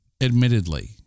admittedly